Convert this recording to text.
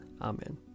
Amen